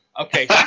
Okay